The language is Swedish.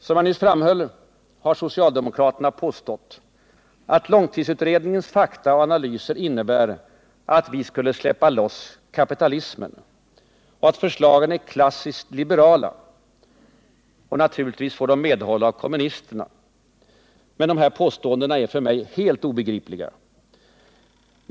Som jag nyss framhöll har socialdemokraterna påstått att långtidsutredningens fakta och analyser innebär att vi skulle ”släppa loss kapitalismen” och att förslagen är ”klassiskt liberala”. Och de får naturligtvis medhåll av kommunisterna. Påståendena är för mig helt obegripliga.